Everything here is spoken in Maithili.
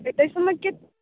तऽ ताहि सबमे के